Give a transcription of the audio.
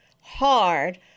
hard